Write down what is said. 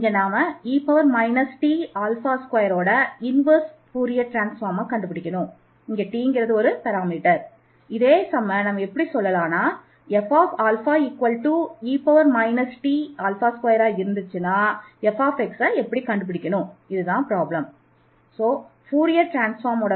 இதில் e t2ன் inverse Fourier transform